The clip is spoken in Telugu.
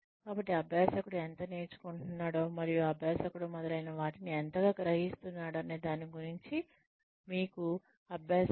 కాబట్టి అభ్యాసకుడు ఎంత నేర్చుకుంటున్నాడో మరియు అభ్యాసకుడు మొదలైన వాటిని ఎంతగా గ్రహిస్తున్నాడనే దాని గురించి కూడా మీకు అభ్యాసకుడు తెలియజేయనివ్వండి